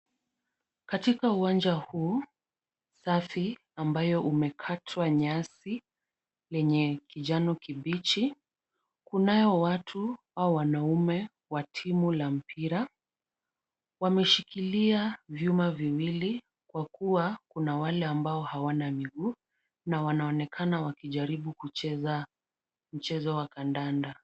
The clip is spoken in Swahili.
Katika uwanja huu safi ambayo umekatwa nyasi kwenye kijano kibichi, kunayo watu au wanaume wa timu la mpira. Wameshikilia vyuma viwili kwa kuwa kuna wale ambao hawana miguu na wanaonekana wakijaribu kucheza mchez wa kandanda.